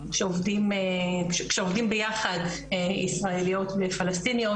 כשעובדים ביחד ישראליות ופלסטיניות,